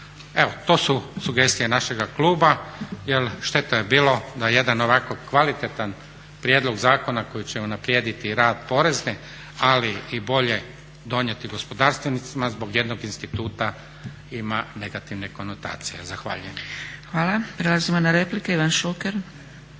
Evo to su sugestije našega kluba, jel šteta bi bilo da jedan ovako kvalitetan prijedlog zakona koji će unaprijediti i rad porezne ali i bolje donijeti gospodarstvenicima zbog jednog instituta ima negativne konotacije. Zahvaljujem. **Zgrebec, Dragica (SDP)** Hvala. Prelazimo na replike. Ivan Šuker.